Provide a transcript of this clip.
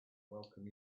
welcome